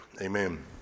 Amen